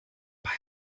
beim